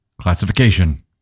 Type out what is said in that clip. classification